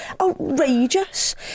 outrageous